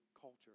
culture